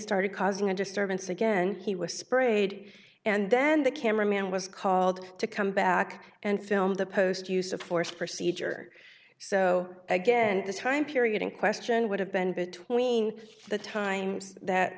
started causing a disturbance again he was sprayed and then the camera man was called to come back and filmed the post use of force procedure so again this time period in question would have been between the times that